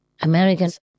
American's